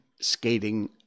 skating